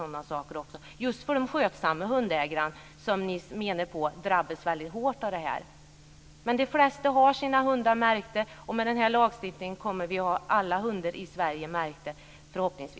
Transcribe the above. Det gäller just den skötsamma ägaren som ni säger drabbas väldigt hårt av den här lagen. De flesta har sina hundar märkta, och med denna lagstiftning kommer förhoppningsvis alla hundar i Sverige att vara märkta.